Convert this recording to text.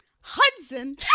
Hudson